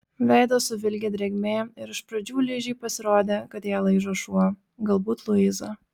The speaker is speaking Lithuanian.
veidą suvilgė drėgmė ir iš pradžių ližei pasirodė kad ją laižo šuo galbūt luiza